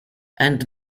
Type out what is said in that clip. and